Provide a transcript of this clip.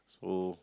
so